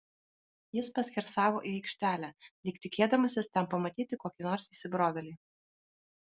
jis paskersavo į aikštelę lyg tikėdamasis ten pamatyti kokį nors įsibrovėlį